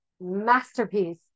Masterpiece